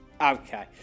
Okay